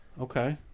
Okay